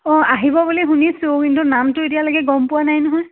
অ' আহিব বুলি শুনিছোঁ কিন্তু নামটো এতিয়ালৈকে গম পোৱা নাই নহয়